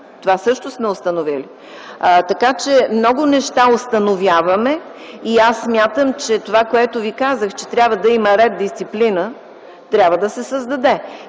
Това също сме установили. Така че, много неща установяваме и аз смятам (това, което ви казах), че трябва да има ред и дисциплина - трябва да се създаде.